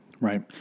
right